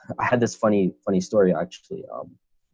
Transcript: i had this funny, funny story, actually. um